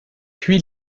puy